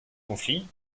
conflit